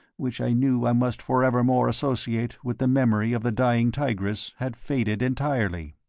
which i knew i must forevermore associate with the memory of the dying tigress, had faded entirely.